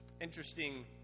interesting